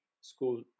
school